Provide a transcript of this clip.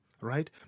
right